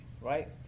right